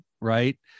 right